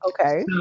Okay